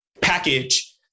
package